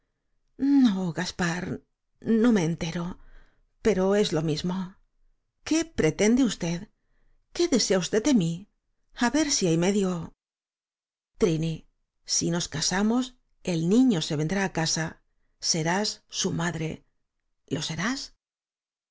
gaspar no me entero pero es lo mismo qué pretende usted qué desea usted de mí a ver si hay medio trini si nos casamos el niño se vendrá á casa serás su madre lo serás